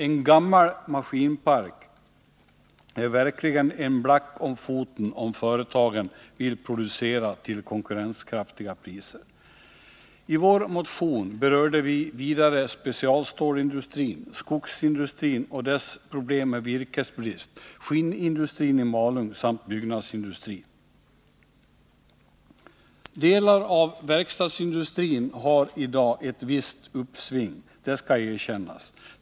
En gammal maskinpark är verkligen en black om foten, om företagen vill producera till konkurrenskraftiga priser. I vår motion berörde vi vidare specialstålindustrin, skogsindustrin och dess Delar av verkstadsindustrin har i dag ett visst uppsving — det skall erkännas.